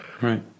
Right